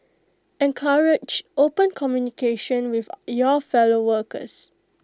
encourage open communication with your fellow workers